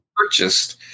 Purchased